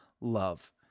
love